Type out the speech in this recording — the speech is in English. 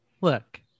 Look